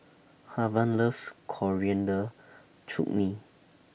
Haven loves Coriander Chutney